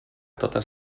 totes